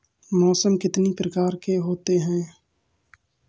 मौसम कितनी प्रकार के होते हैं?